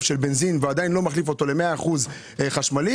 של בנזין ועדיין לא מחליף אותו ל-100% חשמלי,